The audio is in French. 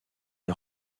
les